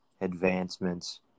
advancements